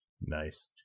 Nice